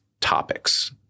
topics